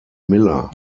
miller